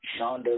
Shonda